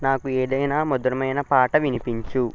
నాకు ఏదైనా మధురమైన పాట వినిపించు